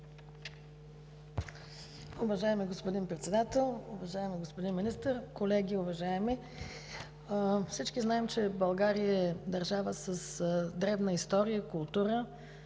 Уважаеми господин Председател, уважаеми господин Министър, уважаеми колеги! Всички знаем, че България е държава с древна история, култура,